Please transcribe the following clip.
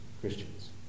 Christians